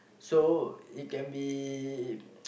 so it can be